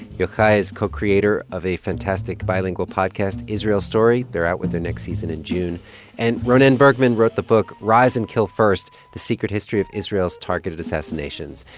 yochai is co-creator of a fantastic bilingual podcast israel story. they're out with their next season in june and ronen bergman wrote the book rise and kill first the secret history of israel's targeted assassinations.